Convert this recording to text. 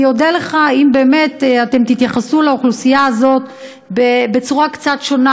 אני אודה לך אם באמת אתם תתייחסו לאוכלוסייה הזאת בצורה קצת שונה.